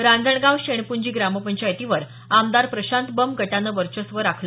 रांजणगाव शेणपूंजी ग्रामपंचायतीवर आमदार प्रशांत बंब गटानं वर्चस्व राखलं